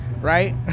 right